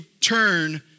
turn